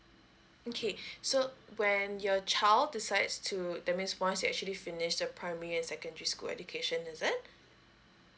okay so when your child decides to that means once you actually finish the primary and secondary school education is it